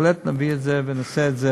בהחלט נביא את זה ונעשה את זה